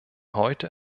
heute